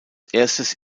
erstes